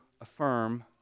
affirm